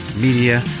Media